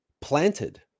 planted